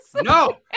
no